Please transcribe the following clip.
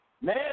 Man